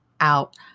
out